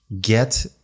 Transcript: get